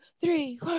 three